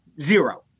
zero